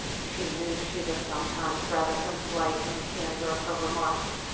she knew she was sometimes rather impolite in the candor of her remarks,